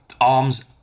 arms